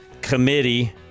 committee